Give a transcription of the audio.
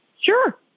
Sure